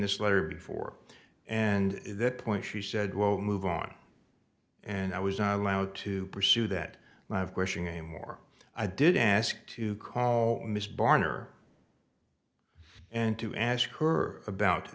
this letter before and that point she said well move on and i was not allowed to pursue that live question anymore i did ask to call miss barner and to ask her about